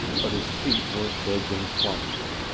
but his feet were big and clumsy,